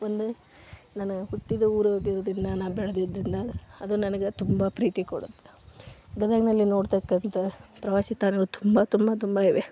ಒಂದು ನಾನು ಹುಟ್ಟಿದ ಊರು ಆಗೋದರಿಂದ ನಾನು ಬೆಳೆದಿದ್ರಿಂದ ಅದು ನನ್ಗೆ ತುಂಬ ಪ್ರೀತಿ ಕೊಡುತ್ತೆ ಗದಗಿನಲ್ಲಿ ನೋಡ್ತಕ್ಕಂತಹ ಪ್ರವಾಸಿ ತಾಣಗಳು ತುಂಬ ತುಂಬ ತುಂಬ ಇವೆ